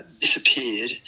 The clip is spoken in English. disappeared